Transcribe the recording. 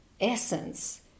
essence